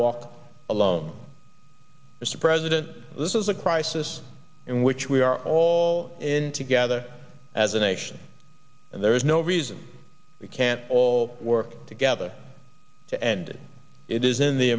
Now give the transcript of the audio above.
walk alone mr president this is a crisis in which we are all in together as a nation and there is no reason we can't all work together to end it is in the